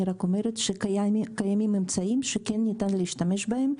אני רק אומרת שקיימים אמצעים שכן ניתן להשתמש בהם.